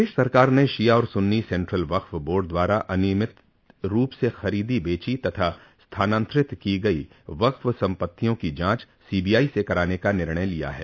प्रदेश सरकार ने शिया और सुन्नी सेन्ट्रल वक्फ बोर्ड द्वारा अनियमित रूप से खरीदी बेची तथा स्थानान्तरित की गई वक्फ सम्पत्तियों की जांच सीबीआई से कराने का निर्णय लिया है